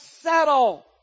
settle